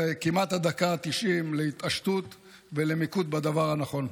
זה כמעט הדקה ה-90 להתעשתות ולמיקוד בדבר הנכון.